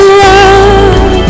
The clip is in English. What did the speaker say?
love